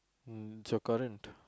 mm it's your current